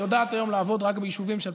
היא יודעת היום לעבוד רק ביישובים שעל